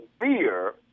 fear